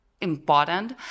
important